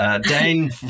Dane